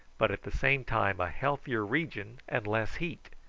but at the same time a healthier region and less heat.